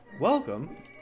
welcome